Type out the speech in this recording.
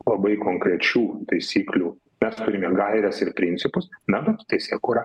labai konkrečių taisyklių mes turim gaires ir principus na bet teisėkūra